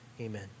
amen